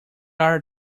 are